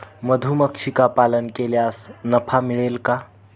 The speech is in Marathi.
मधुमक्षिका पालन केल्यास नफा मिळेल का?